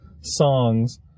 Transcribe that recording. songs